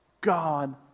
God